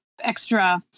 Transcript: extra